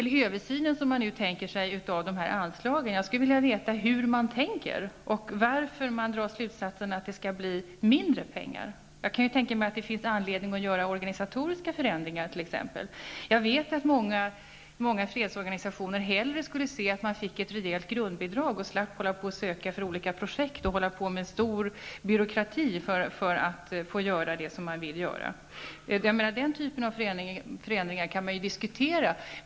I fråga om den här översynen av anslagen undrar jag hur man tänker. Varför drar man slutsatsen att resultatet kommer att bli mindre pengar? Jag kan tänka mig att det finns anledning att vidta organisatoriska förändringar. Jag vet att många fredsorganisationer hellre skulle vilja ha ett rejält grundbidrag för att slippa hålla på att söka pengar för olika projekt, vilket medför en stor byråkrati. Den typen av förändringar kan diskuteras.